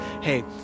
hey